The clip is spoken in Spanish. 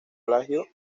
plagio